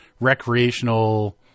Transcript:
recreational